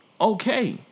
Okay